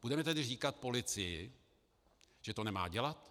Budeme tedy říkat polici, že to nemá dělat?